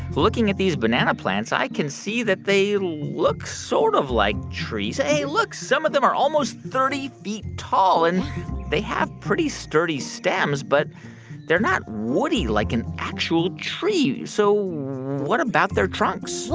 looking at these banana plants, i can see that they look sort of like trees. hey, look. some of them are almost thirty feet tall. and they have pretty sturdy stems, but they're not woody like an actual tree. so what about their trunks?